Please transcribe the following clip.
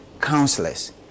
counselors